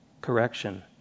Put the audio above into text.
correction